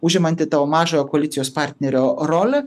užimanti to mažojo koalicijos partnerio rolę